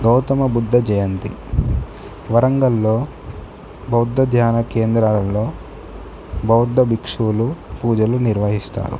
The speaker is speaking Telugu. గౌతమ బుద్ధ జయంతి వరంగల్లో బౌద్ధ ధ్యాన కేంద్రాలలో బౌద్ధ బిక్షువులు పూజలు నిర్వహిస్తారు